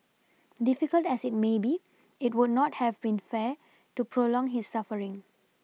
difficult as it may be it would not have been fair to prolong his suffering